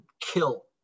kill